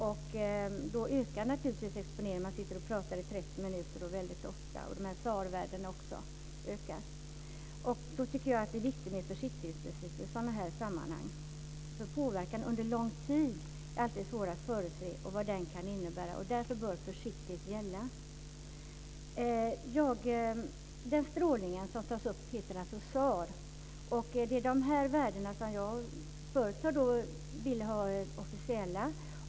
Exponeringen ökar naturligtvis om man pratar i 30 minuter och ofta. SAR-värdena ökar också. Jag tycker att det är viktigt med försiktighetsprincipen i sådana här sammanhang. Vad påverkan under lång tid kan innebära är alltid svårt att förutse. Därför bör försiktighet gälla. Den strålning som tas upp heter alltså SAR. Det är värden som jag tidigare har velat ska vara officiella.